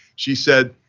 she said,